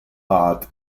but